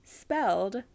spelled